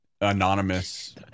anonymous